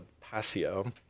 Passio